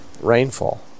rainfall